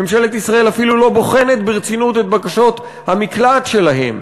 ממשלת ישראל אפילו לא בוחנת ברצינות את בקשות המקלט שלהם,